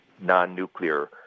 non-nuclear